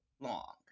long